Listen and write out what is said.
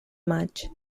maig